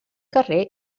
carrer